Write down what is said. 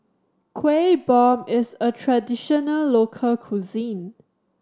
Kueh Bom is a traditional local cuisine